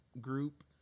group